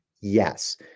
yes